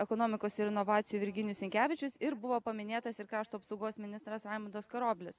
ekonomikos ir inovacijų virginijus sinkevičius ir buvo paminėtas ir krašto apsaugos ministras raimundas karoblis